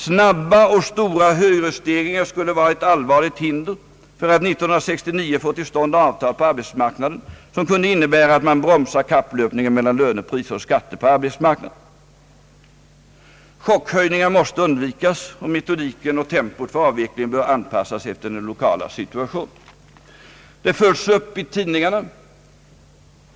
Snabba och stora hyresstegringar skulle vara ett allvarligt hinder för att 1969 få till stånd ett avtal på arbetsmarknaden som kunde innebära att man bromsar kapplöpningen mellan löner, priser och skatter på arbetsmarknaden. Chockhöjningar måste undvikas och metodiken och tempot för avvecklingen bör anpassas efter den lokala situationen. Det följs upp i tidningarna.